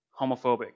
homophobic